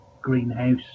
greenhouse